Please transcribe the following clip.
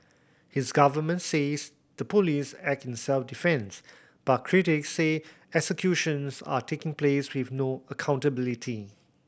his government says the police act in self defence but critics say executions are taking place with no accountability